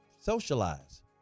socialize